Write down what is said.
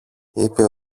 είπε